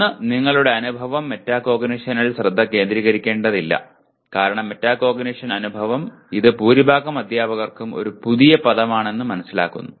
ഒന്ന് നിങ്ങളുടെ അനുഭവം മെറ്റാകോഗ്നിഷനിൽ ശ്രദ്ധ കേന്ദ്രീകരിക്കേണ്ടതില്ല കാരണം മെറ്റാകോഗ്നിഷൻ അനുഭവം ഇത് ഭൂരിഭാഗം അധ്യാപകർക്കും ഒരു പുതിയ പദമാണെന്ന് മനസിലാക്കുന്നു